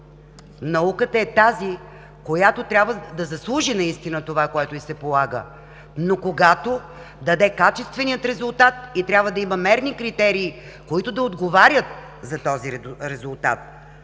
Науката е тази, която трябва да заслужи наистина това, което й се полага, но когато даде качествения резултат и трябва да има мерни критерии, които да отговарят за този резултат.